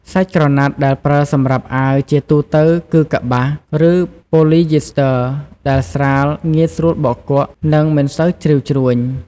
សាច់ក្រណាត់ដែលប្រើសម្រាប់អាវជាទូទៅគឺ កប្បាស ឬប៉ូលីយីស្ទ័រ ដែលស្រាល ងាយស្រួលបោកគក់ និងមិនសូវជ្រីវជ្រួញ។